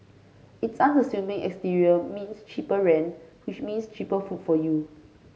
its unassuming exterior means cheaper rent which means cheaper food for you